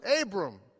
Abram